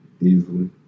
easily